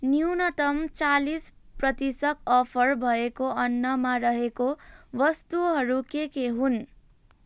न्यूनतम चालिस प्रतिशत अफर भएको अन्नमा रहेको वस्तुहरू के के हुन्